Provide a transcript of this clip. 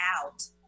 out